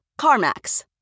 CarMax